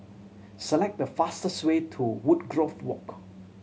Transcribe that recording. select the fastest way to Woodgrove Walk